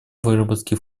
выработки